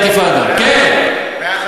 אבל יש גבול, מה אתם רוצים לעשות, מה?